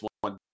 one